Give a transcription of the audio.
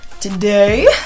Today